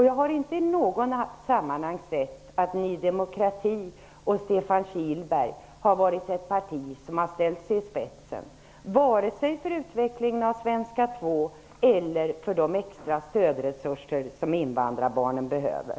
Jag har inte i något sammanhang sett att Ny demokrati och Stefan Kihlberg har ställt sig i spetsen vare sig för utvecklingen av svenska 2 eller för de extra stödresurser som invandrarbarnen behöver.